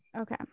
okay